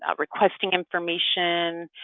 ah requesting information.